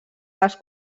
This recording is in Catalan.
les